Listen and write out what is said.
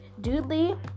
Dudley